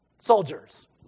soldiers